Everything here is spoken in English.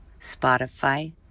Spotify